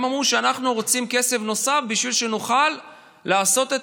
הם אמרו: אנחנו רוצים כסף נוסף בשביל שנוכל לעשות את